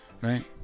Right